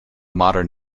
modern